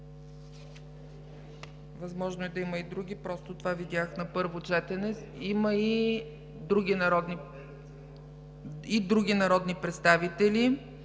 Възможно е да има и други, просто това видях на първо четене. Има и други народни...